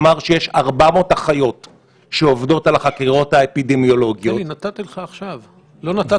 400 אחיות שעובדות על החקירות האפידמיולוגיות ולאחר